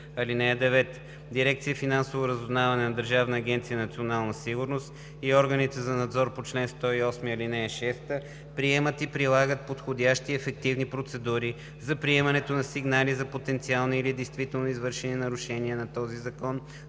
ал. 9: „(9) Дирекция „Финансово разузнаване“ на Държавна агенция „Национална сигурност“ и органите за надзор по чл. 108, ал. 6 приемат и прилагат подходящи и ефективни процедури за приемането на сигнали за потенциални или действително извършени нарушения на този закон,